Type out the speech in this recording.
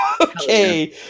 Okay